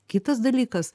kitas dalykas